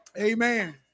Amen